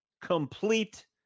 complete